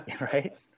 Right